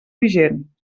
vigent